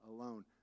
alone